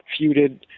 feuded